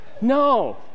No